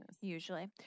Usually